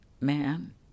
man